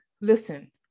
listen